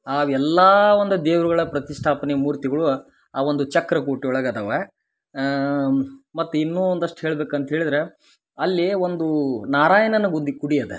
ಆವೆಲ್ಲ ಒಂದು ದೇವರುಗಳ ಪ್ರತಿಷ್ಠಾಪನೆ ಮೂರ್ತಿಗುಳು ಆ ಒಂದು ಚಕ್ರಕೂಟ ಒಳಗೆ ಅದವ ಮತ್ತು ಇನ್ನೂ ಒಂದು ಅಷ್ಟು ಹೇಳ್ಬೇಕು ಅಂತ ಹೇಳಿದ್ರ ಅಲ್ಲಿ ಒಂದು ನಾರಾಯಣನ ಗುದಿ ಗುಡಿ ಅದಾ